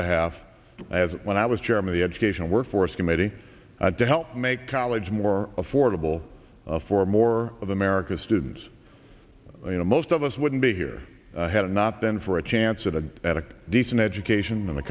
behalf as when i was chairman the education workforce committee to help make college more affordable for more of america's students you know most of us wouldn't be here had it not been for a chance at a at a decent education and a